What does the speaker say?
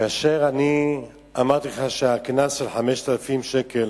שכאשר אמרתי לך שהקנס של 5,000 שקל